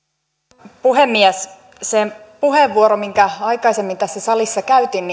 arvoisa puhemies olisin halunnut käyttää sen puheenvuoron minkä aikaisemmin tässä salissa käytin